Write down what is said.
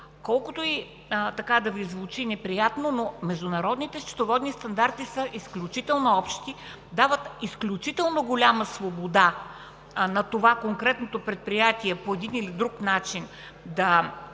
Колкото и да Ви звучи неприятно, но международните счетоводни стандарти са изключително общи, дават изключително голяма свобода на това конкретното предприятие по един или друг начин да